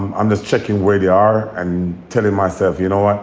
um i'm just checking where they are and telling myself, you know what,